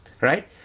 right